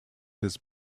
his